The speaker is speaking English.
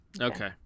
Okay